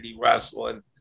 wrestling